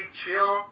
chill